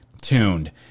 tuned